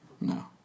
No